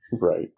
Right